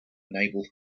naval